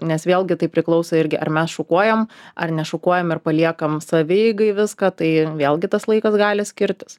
nes vėlgi tai priklauso irgi ar mes šukuojam ar nešukuojam ir paliekam savieigai viską tai vėlgi tas laikas gali skirtis